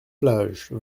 plages